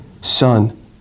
son